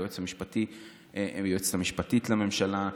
אצל היועצת המשפטית לממשלה,